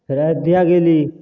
फेर अयोध्या गेली